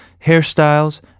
hairstyles